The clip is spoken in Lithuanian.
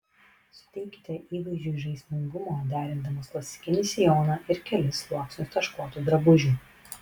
suteikite įvaizdžiui žaismingumo derindamos klasikinį sijoną ir kelis sluoksnius taškuotų drabužių